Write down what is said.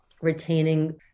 retaining